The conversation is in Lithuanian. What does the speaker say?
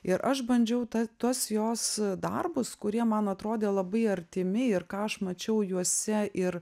ir aš bandžiau tą tuos jos darbus kurie man atrodė labai artimi ir ką aš mačiau juose ir